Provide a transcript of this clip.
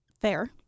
fair